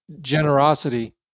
generosity